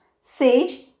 sage